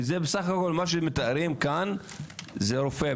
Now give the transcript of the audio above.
כי מה שמתארים כאן זה רופא.